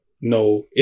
No